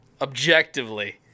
Objectively